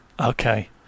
Okay